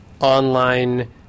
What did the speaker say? online